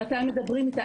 מתי מדברים איתה,